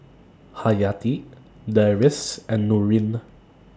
Hayati Deris and Nurin